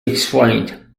explained